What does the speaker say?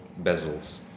bezels